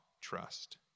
trust